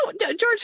george